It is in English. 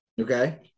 okay